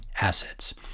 assets